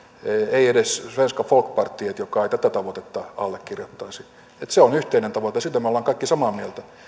ei edes svenska folkpartietiin joka ei tätä tavoitetta allekirjoittaisi se on yhteinen tavoite ja siitä me olemme kaikki samaa mieltä